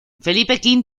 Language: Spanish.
felipe